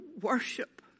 worship